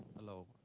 hello.